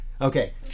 okay